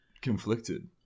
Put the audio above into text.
conflicted